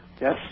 Yes